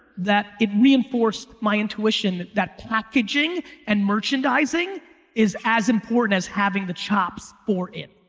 that it reinforced my intuition, that packaging and merchandising is as important as having the chops for it.